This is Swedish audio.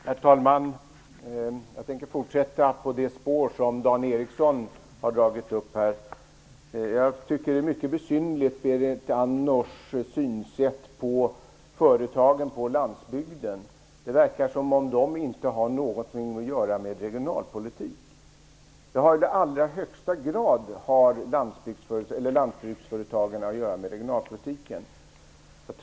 Herr talman! Jag tänker fortsätta på det spår som Dan Ericsson har dragit upp här. Jag tycker att Berit Andnors synsätt på företagen på landsbygden är mycket besynnerligt. Det verkar som om de inte har något att göra med regionalpolitik. I allra högsta grad har lantbruksföretagen att göra med regionalpolitiken.